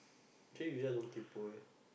actually we just don't kaypo eh